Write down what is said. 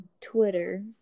Twitter